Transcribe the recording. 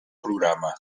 programa